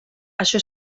això